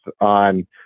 on